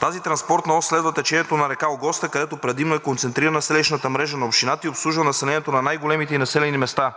Тази транспортна ос следва течението на река Огоста, където предимно е концентрирана селищната мрежа на общината и обслужва населението на най-големите ѝ населени места.